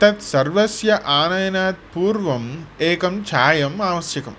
तत् सर्वस्य आनयनात् पूर्वम् एकं चायम् आवश्यकम्